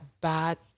bad